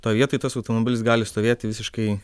toj vietoj tas automobilis gali stovėti visiškai